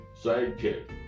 sidekick